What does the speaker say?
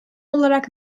olarak